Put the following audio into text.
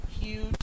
huge